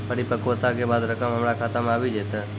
परिपक्वता के बाद रकम हमरा खाता मे आबी जेतै?